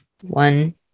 one